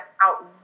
out